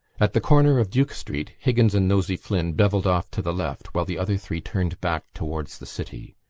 at the corner of duke street higgins and nosey flynn bevelled off to the left while the other three turned back towards the city.